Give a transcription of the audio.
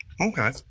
Okay